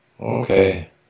Okay